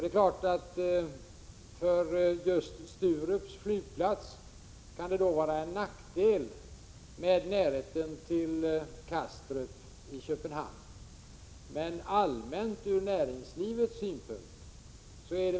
Det är klart att för just Sturups flygplats kan det då vara en 8 december 1986 nackdel med närheten till Kastrup vid Köpenhamn.